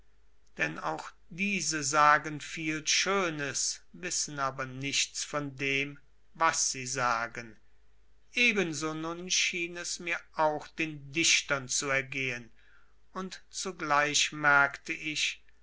denn auch diese sagen viel schönes wissen aber nichts von dem was sie sagen ebenso nun schien es mir auch den dichtern zu ergehen und zugleich merkte ich